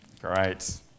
great